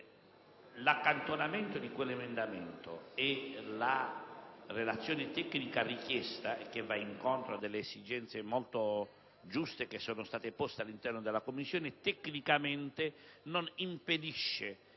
L'accantonamento dell'emendamento 3.700 e la relazione tecnica richiesta, che va incontro ad esigenze molto giuste poste all'interno della Commissione, tecnicamente non impedisce